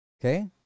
Okay